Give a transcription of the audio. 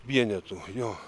vienetų jo